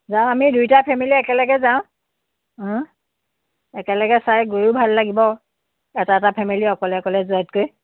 যাম আমি দুইটা ফেমিলী একেলগে যাওঁ একেলগে চাই গৈয়ো ভাল লাগিব এটা এটা ফেমিলী অকলে অকলে যোৱাতকৈ